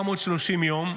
430 יום,